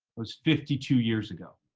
was fifty two years ago.